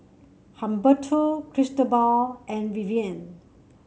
Humberto Cristobal and Vivian